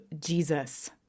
Jesus